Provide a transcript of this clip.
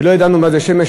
לא ידענו מה זה שעון